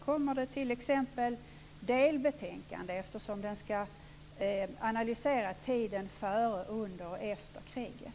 Kommer det t.ex. delbetänkanden, eftersom kommissionen ska analysera tiden före, under och efter kriget?